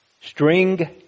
String